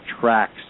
tracks